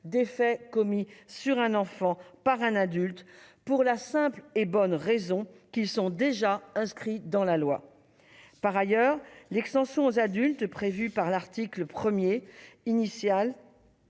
des faits commis sur un enfant par un adulte, pour la simple et bonne raison qu'ils sont déjà inscrits dans la loi. Par ailleurs, l'extension aux adultes, prévue par l'article 1 initial